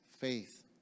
faith